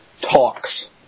talks